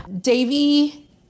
davy